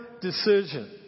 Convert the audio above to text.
decision